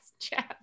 jeff